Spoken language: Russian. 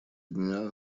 дня